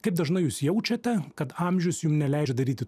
kaip dažnai jūs jaučiate kad amžius jum neleidžia daryti